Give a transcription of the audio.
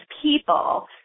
people